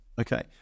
Okay